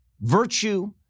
virtue